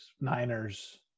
Niners